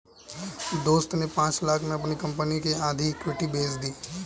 दोस्त ने पांच लाख़ में अपनी कंपनी की आधी इक्विटी बेंच दी